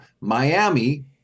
Miami